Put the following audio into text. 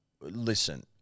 Listen